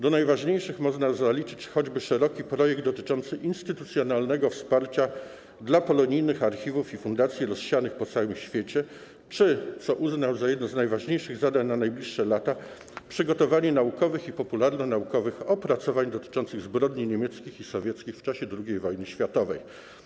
Do najważniejszych można zaliczyć choćby szeroki projekt dotyczący instytucjonalnego wsparcia dla polonijnych archiwów i fundacji rozsianych po całym świecie czy - co uznał za jedno z najważniejszych zadań na najbliższe lata - przygotowanie naukowych i popularnonaukowych opracowań dotyczących zbrodni niemieckich i sowieckich w czasie II wojny światowej.